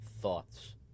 Thoughts